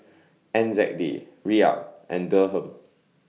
N Z D Riyal and Dirham